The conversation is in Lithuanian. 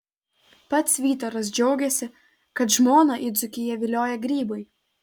pats vytaras džiaugiasi kad žmoną į dzūkiją vilioja grybai